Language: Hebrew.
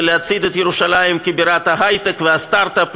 להצעיד את ירושלים כבירת ההיי-טק והסטרט-אפ,